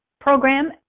program